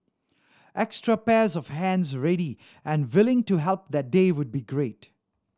extra pairs of hands ready and willing to help that day would be great